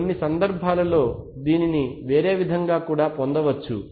కొన్ని సందర్భాల్లో దీనిని వేరే విధంగా కూడా పొందవచ్చు